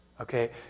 Okay